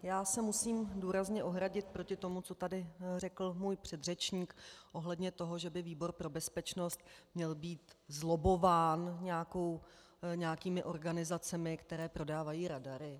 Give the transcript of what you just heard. Já se musím důrazně ohradit proti tomu, co tady řekl můj předřečník ohledně toho, že by výbor pro bezpečnost měl být zlobbován nějakými organizacemi, které prodávají radary.